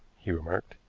he remarked.